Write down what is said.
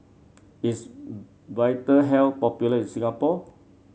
is Vitahealth popular in Singapore